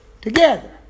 together